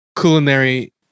culinary